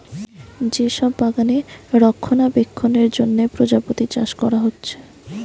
যে সব বাগানে রক্ষণাবেক্ষণের জন্যে প্রজাপতি চাষ কোরা হচ্ছে